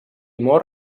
mor